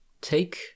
take